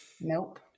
Nope